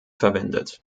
verwendet